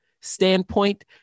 standpoint